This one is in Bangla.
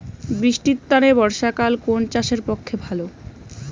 বৃষ্টির তানে বর্ষাকাল কুন চাষের পক্ষে ভালো?